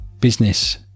business